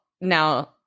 now –